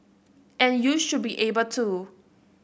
and you should be able to